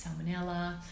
Salmonella